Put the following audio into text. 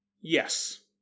Yes